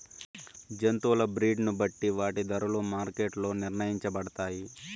జంతువుల బ్రీడ్ ని బట్టి వాటి ధరలు మార్కెట్ లో నిర్ణయించబడతాయి